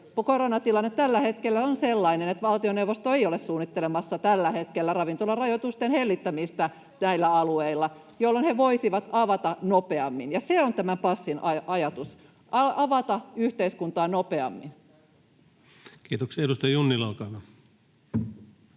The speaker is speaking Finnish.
koronatilanne tällä hetkellä on sellainen, että valtioneuvosto ei ole tällä hetkellä suunnittelemassa ravintolarajoitusten hellittämistä näillä alueilla, jolloin he voisivat avata nopeammin, ja se on tämän passin ajatus: avata yhteiskuntaa nopeammin. Kiitoksia. — Edustaja Junnila, olkaa hyvä.